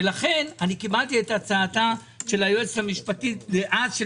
לכן קיבלתי את הצעתה של היועצת המשפטית דאז של